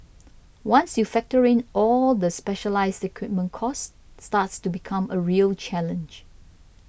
Once you factor in all of the specialised equipment cost starts to become a real challenge